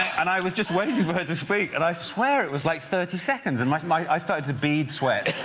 and i was just waiting for her to speak and i swear it was like thirty seconds and my my eye started to bead sweat